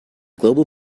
global